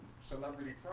celebrity